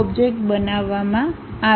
object બનાવવામાં આવે